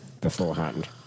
beforehand